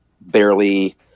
barely